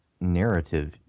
narrative